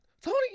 tony